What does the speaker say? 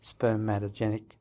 spermatogenic